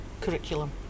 curriculum